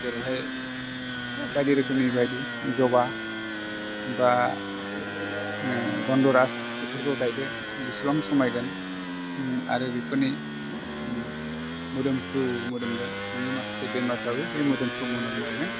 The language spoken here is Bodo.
जेरैहाइ बाइदि रोखोमनि बाइदि जबां बा उम गन्दराच बेफोरखौ गायदो बिसिबां समायगोन आरो बिफोरनि मोदोमफ्रु मोदोमगोन नोंनि माखासे बेमारफ्राबो बे मोदोमफ्रु मोनामनाइजों